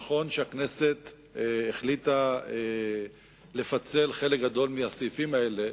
נכון שהכנסת החליטה לפצל חלק גדול מהסעיפים האלה